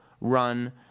run